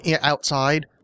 outside